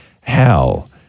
hell